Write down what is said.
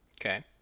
Okay